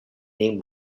name